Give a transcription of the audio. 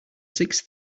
six